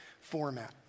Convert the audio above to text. format